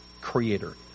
creator